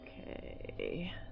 Okay